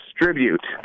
distribute